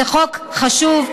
זה חוק חשוב.